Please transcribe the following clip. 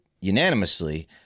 unanimously